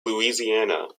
louisiana